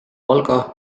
valga